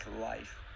life